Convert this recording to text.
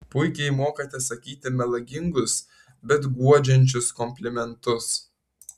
puikiai mokate sakyti melagingus bet guodžiančius komplimentus